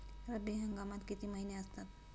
रब्बी हंगामात किती महिने असतात?